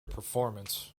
performance